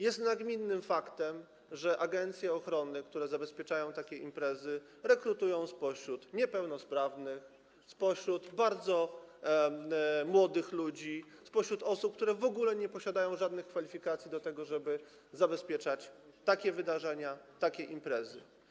Jest nagminnym faktem to, że agencje ochrony, które zabezpieczają takie imprezy, rekrutują spośród niepełnosprawnych, spośród bardzo młodych ludzi, osób, które w ogóle nie posiadają żadnych kwalifikacji do tego, żeby zabezpieczać takie wydarzenia, takie imprezy.